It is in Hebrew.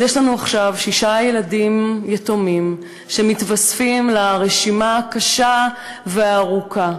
אז יש לנו עכשיו שישה ילדים יתומים שמתווספים לרשימה הקשה והארוכה,